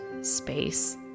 space